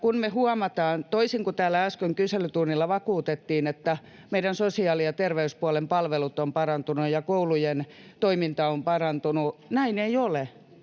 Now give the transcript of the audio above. toisin kuin täällä äsken kyselytunnilla vakuutettiin, että meidän sosiaali- ja terveyspuolen palvelut ovat parantuneet ja koulujen toiminta on parantunut, niin me